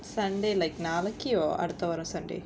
sunday like நாளைக்குவா அடுத்த வாரம்:naalaikkuvaa adutha vaaram sunday